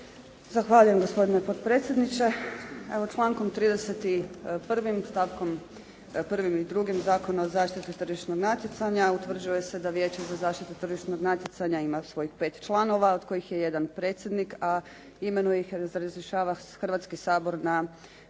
Zahvaljujem gospodine potpredsjedniče. Evo, člankom 31. stavkom 1. i 2. Zakona o zaštiti tržišnog natjecanja utvrđuje se da Vijeće za zaštitu tržišnog natjecanja ima svojih 5 članova, od kojih je jedan predsjednik, a imenuje ih i razrješava Hrvatski sabor na